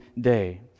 day